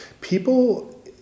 People